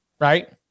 Right